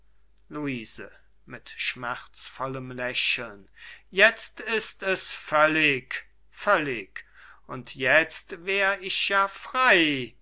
luise mit schmerzvollem lächeln jetzt ist es völlig völlig und jetzt wär ich ja frei abgeschält